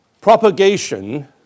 propagation